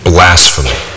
Blasphemy